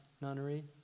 nunnery